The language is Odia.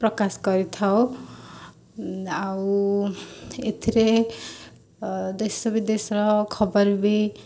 ପ୍ରକାଶ କରିଥାଉ ଆଉ ଏଥିରେ ଦେଶ ବିଦେଶର ଖବର ବି